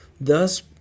Thus